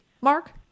Mark